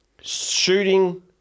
shooting